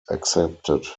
accepted